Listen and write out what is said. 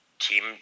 Team